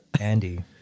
andy